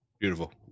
Beautiful